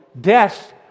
death